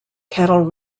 cattle